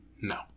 No